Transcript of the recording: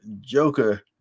Joker